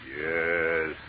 Yes